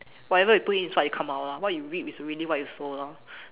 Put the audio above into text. whatever you put in is what will come out lor what you reap is really what you sow lor